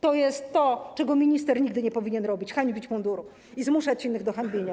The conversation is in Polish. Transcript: To jest to, czego minister nigdy nie powinien robić: hańbić munduru i zmuszać innych do jego hańbienia.